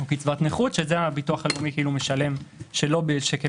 כמו קצבת נכות שזה הביטוח הלאומי כאילו משלם שלא שקל